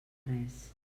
res